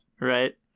Right